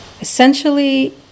essentially